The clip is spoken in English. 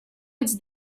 its